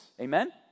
amen